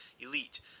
elite